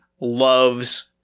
loves